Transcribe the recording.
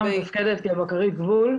כבקרית גבול,